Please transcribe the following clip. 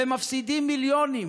והם מפסידים מיליונים